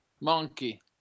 Monkey